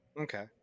Okay